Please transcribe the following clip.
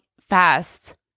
fast